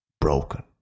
broken